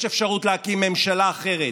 יש אפשרות להקים ממשלה אחרת,